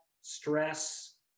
stress